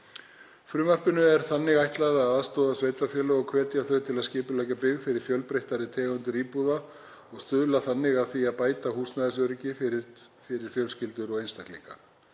Frumvarpinu er ætlað að aðstoða sveitarfélög og hvetja þau til að skipuleggja byggð fyrir fjölbreyttari tegundir íbúða og stuðla að því að bæta húsnæðisöryggi fyrir fjölskyldur og einstaklinga.